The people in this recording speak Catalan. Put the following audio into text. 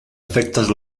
efectes